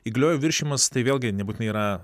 įgaliojimų viršijimas tai vėlgi nebūtinai yra